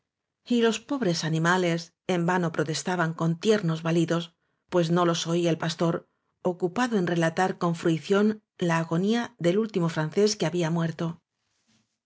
y los pobres anima les en vano protestaban con tiernos balidos pues no los oía el pastor ocupado en relatar con fruición la agonía del último francés que había muerto